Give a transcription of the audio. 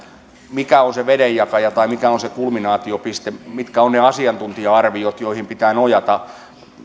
mikä on se vedenjakaja tai mikä on se kulminaatiopiste mitkä ovat ne asiantuntija arviot joihin pitää nojata